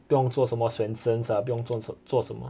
不用做什么 Swensen's ah 不用做做什么